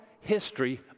History